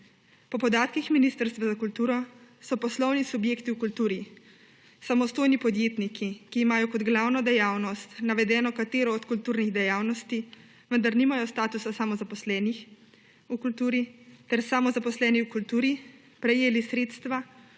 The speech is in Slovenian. Po podatkih Ministrstva za kulturo so poslovni subjekti v kulturi, samostojni podjetniki, ki imajo kot glavno dejavnost navedeno katero od kulturnih dejavnosti, vendar nimajo statusa samozaposlenih v kulturi ter samozaposleni v kulturi, prejeli sredstva